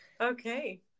okay